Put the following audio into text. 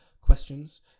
questions